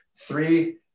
Three